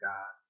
God